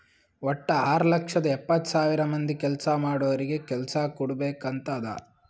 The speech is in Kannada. ವಟ್ಟ ಆರ್ ಲಕ್ಷದ ಎಪ್ಪತ್ತ್ ಸಾವಿರ ಮಂದಿ ಕೆಲ್ಸಾ ಮಾಡೋರಿಗ ಕೆಲ್ಸಾ ಕುಡ್ಬೇಕ್ ಅಂತ್ ಅದಾ